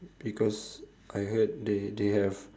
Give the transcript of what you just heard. because I heard they they have